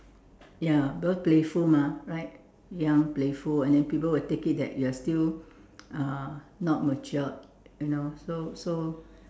ya because playful mah right young playful and then people will take it that you are still uh not matured you know so so